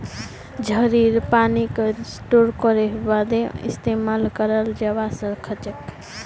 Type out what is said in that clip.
झड़ीर पानीक स्टोर करे बादे इस्तेमाल कराल जबा सखछे